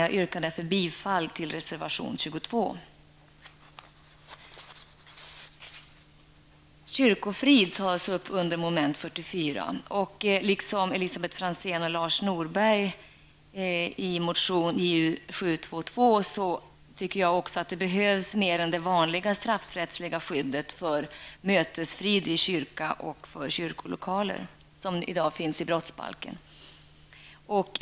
Jag yrkar därför bifall till reservation Franzén och Lars Norberg i motion Ju722 tycker jag att det behövs mer än det vanliga straffrättsliga skydd för mötesfrid i kyrka och kyrkolokaler som i dag finns i brottsbalken.